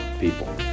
people